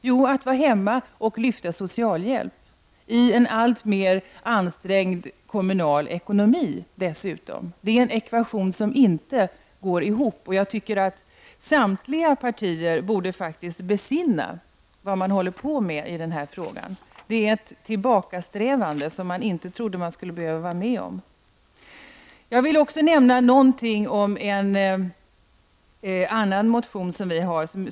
Jo, att vara hemma och lyfta socialhjälp, i en alltmer ansträngd kommunal ekonomi dessutom. Det är en ekvation som inte går ihop. Samtliga partier borde faktiskt besinna vad de håller på med i den här frågan. Det är ett tillbakasträvande som jag inte trodde att jag skulle behöva vara med om. Jag vill också säga något om en annan av våra motioner.